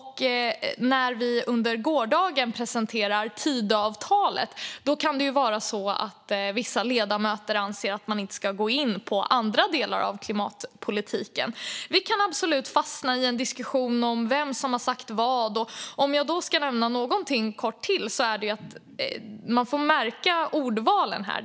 När vi under gårdagen presenterade Tidöavtalet kan vissa ledamöter ha ansett att man inte skulle gå in på andra delar av klimatpolitiken. Vi kan absolut fastna i en diskussion om vem som har sagt vad. Men man får märka ordvalen här.